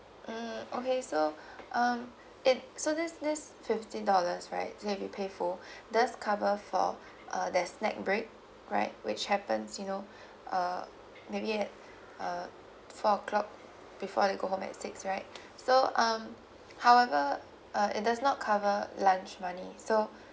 mm okay so um that so this this fifty dollars right so it will be paid for just cover for uh their snack break right which happens you know uh maybe at uh four o'clock before they go home at six right so um however uh it does not cover lunch money so